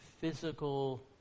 physical